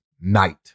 night